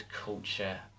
culture